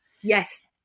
Yes